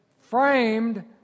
framed